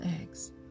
eggs